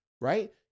Right